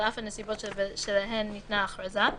על אף הנסיבות שבשלהן ניתנה ההכרזה,